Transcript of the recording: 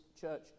church